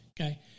okay